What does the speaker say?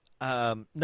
no